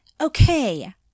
okay